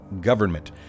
government